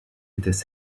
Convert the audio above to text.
étaient